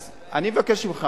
אז אני מבקש ממך